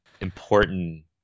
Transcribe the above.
important